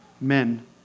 men